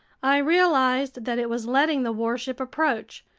i realized that it was letting the warship approach.